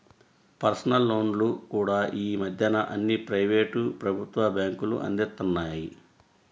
personal లోన్లు కూడా యీ మద్దెన అన్ని ప్రైవేటు, ప్రభుత్వ బ్యేంకులూ అందిత్తన్నాయి